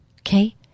Okay